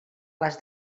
les